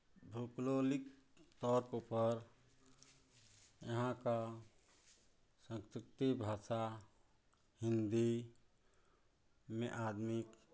भौगोलिक तौर पर यहाँ का संस्कृति भाषा हिन्दी में आदमी